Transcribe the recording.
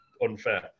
unfair